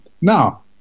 Now